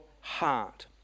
heart